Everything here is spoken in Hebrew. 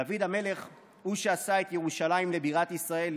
דוד המלך הוא שעשה את ירושלים לבירת ישראל,